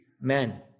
men